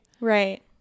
Right